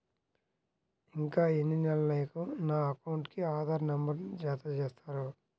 ఇంకా ఎన్ని నెలలక నా అకౌంట్కు ఆధార్ నంబర్ను జత చేస్తారు?